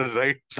right